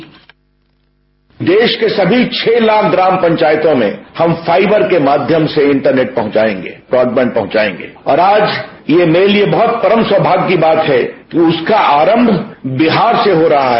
bite देश के सभी छह लाख ग्राम पंचायतों में हम फाइबर के माध्यम से इंटरनेट पहुंचाएगे ब्रॉडबैंड पहुंचाएंगे और आज ये मेरे लिए बहुत परम सौमाग्य की बात है कि उसका आरंभ बिहार से हो रहा है